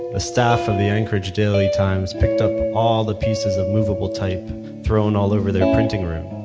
the staff of the anchorage daily times picked up all the pieces of movable type thrown all over their printing room,